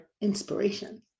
inspiration